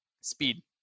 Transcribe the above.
Speed